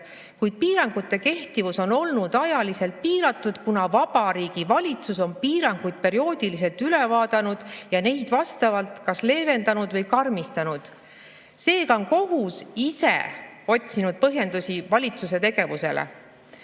kuid piirangute kehtivus on olnud ajaliselt piiratud, kuna Vabariigi Valitsus on piiranguid perioodiliselt üle vaadanud ja neid kas leevendanud või karmistanud. Seega on kohus ise otsinud põhjendusi valitsuse tegevusele.